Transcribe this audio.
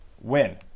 win